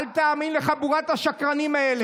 אל תאמין לחבורת השקרנים האלה.